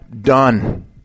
done